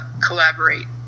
collaborate